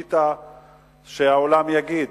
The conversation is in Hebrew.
ציפית שהעולם יגיד?